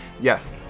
yes